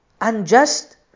unjust